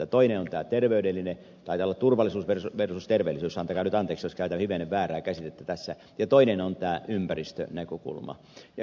toinen on tämä terveydellinen taitaa olla turvallisuus versus terveellisyys antakaa nyt anteeksi jos käytän hivenen väärää käsitettä tässä ja toinen on tämä ympäristönäkökulma